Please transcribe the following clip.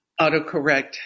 Autocorrect